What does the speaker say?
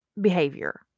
behavior